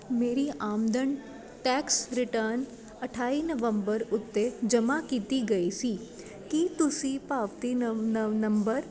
ਮੇਰੀ ਆਮਦਨ tax return ਅਠਾਈ ਨਵੰਬਰ ਉੱਤੇ ਜਮ੍ਹਾਂ ਕੀਤੀ ਗਈ ਸੀ ਕੀ ਤੁਸੀਂ ਪਾਵਤੀ ਨੰਬਰ